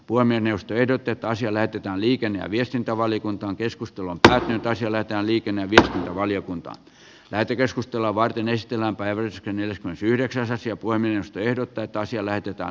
poimin jos tiedotetaan siellä liikenne ja viestintävaliokuntaan keskustella tärkeitä sillä että liikennevia valiokunta lähetekeskustelua varten ystävänpäiväys yhdeksäs ensiapua myös tehdä töitä asia lähetetään